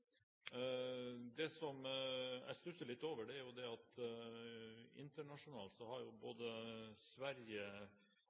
jeg stusser litt over, er at internasjonalt har